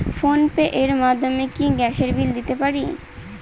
Phone pay র মাধ্যমে কি গ্যাসের বিল দিতে পারি?